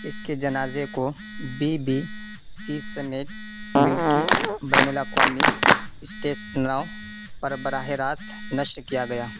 اس کے جنازے کو بی بی سی سمیت ملکی بین الاقوامی پر براہ راست نشر کیا گیا